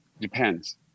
depends